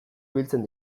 ibiltzen